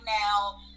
now